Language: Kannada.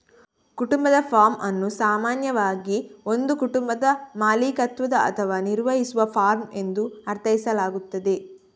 ಕುಟುಂಬದ ಫಾರ್ಮ್ ಅನ್ನು ಸಾಮಾನ್ಯವಾಗಿ ಒಂದು ಕುಟುಂಬದ ಮಾಲೀಕತ್ವದ ಅಥವಾ ನಿರ್ವಹಿಸುವ ಫಾರ್ಮ್ ಎಂದು ಅರ್ಥೈಸಲಾಗುತ್ತದೆ